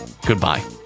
goodbye